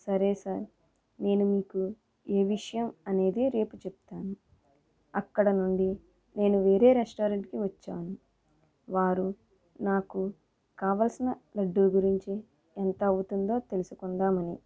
సరే సార్ నేను మీకు ఏ విషయం అనేది రేపు చెప్తాను అక్కడ నుండి నేను వేరే రెస్టారెంట్కి వచ్చాను వారు నాకు కావాల్సిన లడ్డు గురించి ఎంత అవుతుందో తెలుసుకుందామని